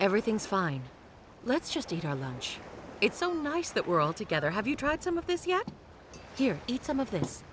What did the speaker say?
everything's fine let's just eat our lunch it's so nice that we're all together have you tried some of this yet here eat some of this